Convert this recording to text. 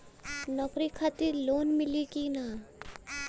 नौकरी खातिर लोन मिली की ना?